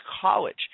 college